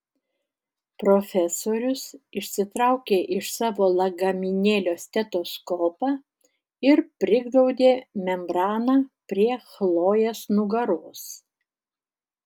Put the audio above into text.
profesorius išsitraukė iš savo lagaminėlio stetoskopą ir priglaudė membraną prie chlojės nugaros